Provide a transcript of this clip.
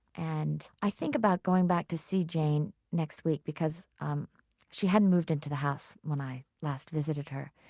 and i think about going back to see jane next week because she hadn't moved into the house when i last visited her,